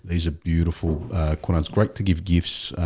these a beautiful quads great to give gifts.